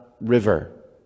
river